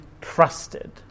trusted